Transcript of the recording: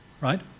right